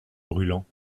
brûlants